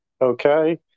okay